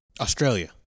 Australia